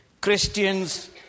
Christians